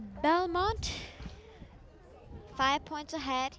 belmont five points ahead